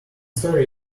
story